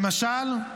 למשל,